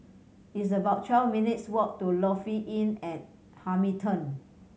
it's about twelve minutes' walk to Lofi Inn at Hamilton